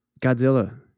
Godzilla